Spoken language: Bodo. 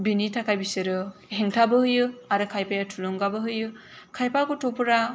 बिनि थाखाय बिसोरो हेंथाबो होयो आरो खायफाया थुलुंगाबो होयो खायफा गथ'फोरा